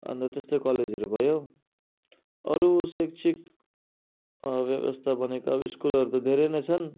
अन्त त्यस्तै कलेजहरू भयो अरू शैक्षिक व्यवस्था भनेको अब स्कुलहरू त धेरै नै छन्